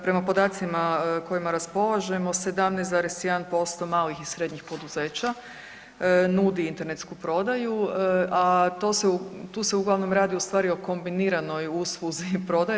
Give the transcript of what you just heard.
Prema podacima s kojima raspolažemo 17,1% malih i srednjih poduzeća nudi internetsku prodaju, a tu se uglavnom radi o stvari o kombiniranoj usluzi i prodaji.